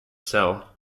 sell